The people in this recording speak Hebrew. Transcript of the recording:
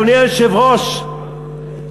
אדוני היושב-ראש,